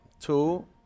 Two